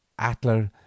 Atler